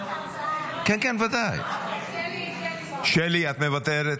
שלי, את מוותרת?